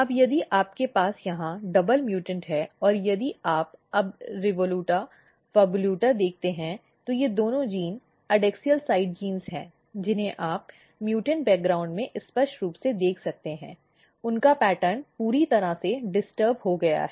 अब यदि आपके यहाँ डबल म्यूटेंट है और यदि आप अब REVOLUTA PHAVOLUTA देखते हैं तो ये दोनों जीन एडैक्सियल साइड जीन हैं जिन्हें आप म्यूटेंट बैकग्राउंड में स्पष्ट रूप से देख सकते हैं उनका पैटर्न पूरी तरह से हो डिस्टर्ब हो गया है